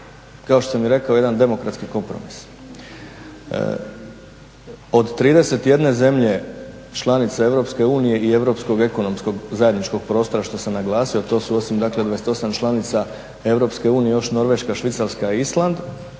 kao što sam i rekao jedan demokratski kompromis. Od 31 zemlje članice Europske unije i europskog ekonomskog zajedničkog prostora što sam naglasio a to su osim 28 članica Europske unije još Norveška, Švicarska i Island,